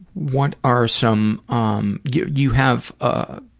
what are some, um you you have, ah,